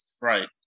Right